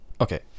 Okay